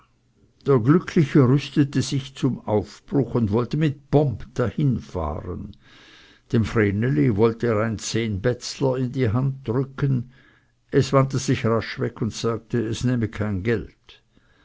der glückliche rüstete sich zum aufbruch und wollte mit pomp dahinfahren dem vreneli wollte er einen zehnbätzler in die hand drücken es wandte sich rasch weg und sagte es nehme kein geld